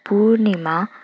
Purnima